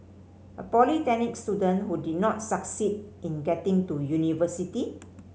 a polytechnic student who did not succeed in getting to university